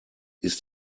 ist